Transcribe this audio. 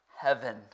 heaven